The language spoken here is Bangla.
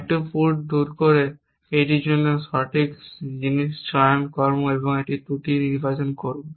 একটি পুট কিছু দূরে এই জন্য সঠিক জিনিস চয়ন কর্ম একটি ত্রুটি নির্বাচন করুন